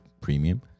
premium